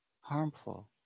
harmful